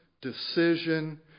decision